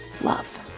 love